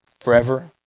forever